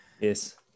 yes